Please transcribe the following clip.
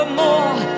more